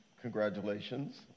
congratulations